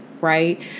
Right